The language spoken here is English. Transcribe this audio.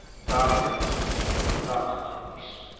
and dark faces by darker colors.